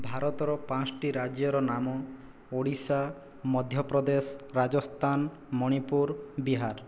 ଭାରତର ପାଞ୍ଚୋଟି ରାଜ୍ୟର ନାମ ଓଡ଼ିଶା ମଧ୍ୟପ୍ରଦେଶ ରାଜସ୍ତାନ ମଣିପୁର ବିହାର